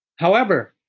however,